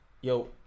yo